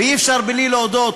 ואי-אפשר בלי להודות